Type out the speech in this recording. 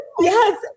Yes